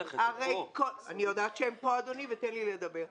אני יודעת שהם פה, אדוני, תן לי לדבר.